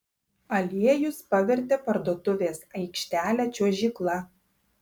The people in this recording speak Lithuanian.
aliejus pavertė parduotuvės aikštelę čiuožykla